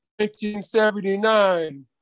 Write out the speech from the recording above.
1979